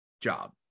job